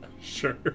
Sure